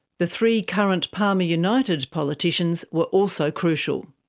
the three current palmer united politicians were also crucial.